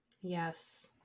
Yes